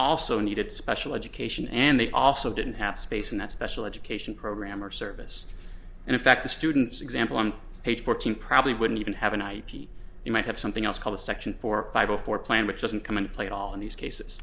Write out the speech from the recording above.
also needed special education and they also didn't have space in that special education program or service and in fact the students example on page fourteen probably wouldn't even have an ip you might have something else called a section for bible for plan which doesn't come into play at all in these cases